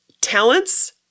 talents